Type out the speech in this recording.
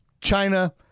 China